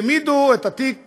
העמידו את התיק הזה,